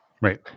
Right